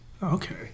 okay